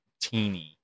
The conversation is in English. teeny